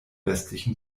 westlichen